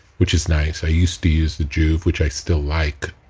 which is nice. i used to use the joovv which i still like.